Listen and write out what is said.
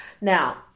Now